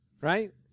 right